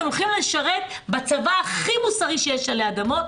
אתם הולכים לשרת בצבא הכי מוסרי שיש עלי אדמות,